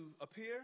appear